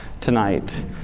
tonight